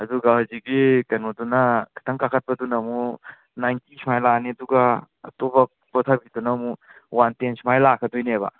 ꯑꯗꯨꯒ ꯍꯧꯖꯤꯛꯀꯤ ꯀꯩꯅꯣꯗꯨꯅ ꯈꯤꯇꯪ ꯀꯥꯈꯠꯄꯗꯨꯅ ꯑꯃꯨꯛ ꯅꯥꯏꯟꯇꯤ ꯁꯨꯃꯥꯏꯅ ꯂꯥꯛꯑꯅꯤ ꯑꯗꯨꯒ ꯑꯇꯣꯞꯄ ꯀꯣꯊꯕꯤꯗꯨꯅ ꯑꯃꯨꯛ ꯋꯥꯟ ꯇꯦꯟ ꯁꯨꯃꯥꯏꯅ ꯂꯥꯛꯀꯗꯣꯏꯅꯦꯕ